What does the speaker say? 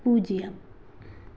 பூஜ்ஜியம்